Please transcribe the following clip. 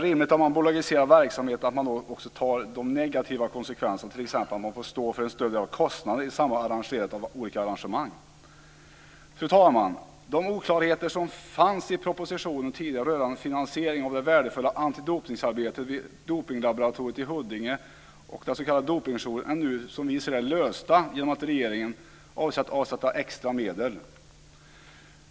Om man bolagiserar verksamheten är det rimligt att man också tar de negativa konsekvenserna, t.ex. att man får stå för en större del av kostnaderna i samband med olika arrangemang. Fru talman! De oklarheter som tidigare fanns i propositionen rörande finansieringen av det värdefulla antidopningsarbetet vid dopningslaboratoriet i Huddinge och den s.k. dopningsjouren är nu lösta genom att regeringen avser att avsätta extra medel.